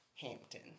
Hampton